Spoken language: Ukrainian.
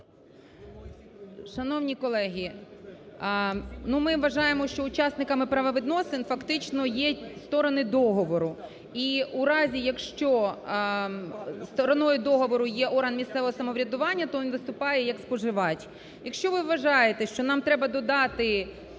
Шановні колеги! Ми вважаємо, що учасниками правовідносин фактично є сторони договори і в разі, якщо стороною договору є орган місцевого самоврядування, то він виступає як споживач. Якщо ви вважаєте, що нам треба додати